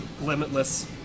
limitless